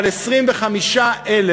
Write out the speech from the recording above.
אבל 25,000